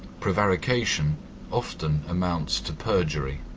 prevarication often amounts to perjury.